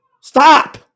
Stop